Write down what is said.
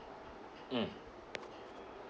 mm